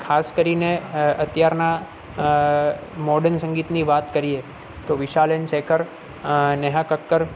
ખાસ કરીને અત્યારના મોડર્ન સંગીતની વાત કરીએ તો વિશાલ એન શેખર નેહા કક્કર